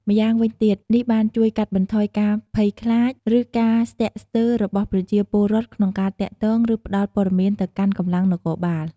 ម្យ៉ាងវិញទៀត នេះបានជួយកាត់បន្ថយការភ័យខ្លាច ឬការស្ទាក់ស្ទើររបស់ប្រជាពលរដ្ឋក្នុងការទាក់ទង ឬផ្ដល់ព័ត៌មានទៅកាន់កម្លាំងនគរបាល។